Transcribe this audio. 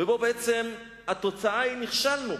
ובו בעצם התוצאה היא: נכשלנו.